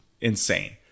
insane